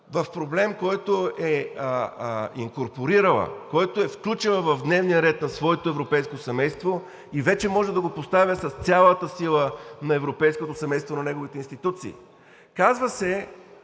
в проблем, който е инкорпорирала, който е включила в дневния ред на своето европейско семейство и вече може да го поставя с цялата сила на европейското семейство и на неговите институции. Казва се: